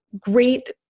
great